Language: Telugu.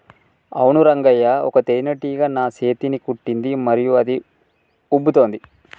అవును రంగయ్య ఒక తేనేటీగ నా సేతిని కుట్టింది మరియు అది ఉబ్బుతోంది